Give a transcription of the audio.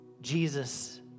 Jesus